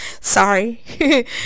sorry